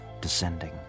descending